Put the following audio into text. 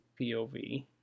POV